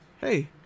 Hey